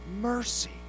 mercy